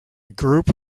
group